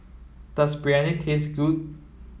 does Biryani taste good